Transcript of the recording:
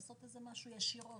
לעשות איזה משהו ישירות,